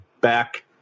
back